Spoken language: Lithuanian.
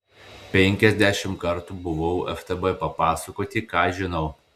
penkiasdešimt kartų buvau ftb papasakoti ką žinau